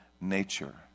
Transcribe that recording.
nature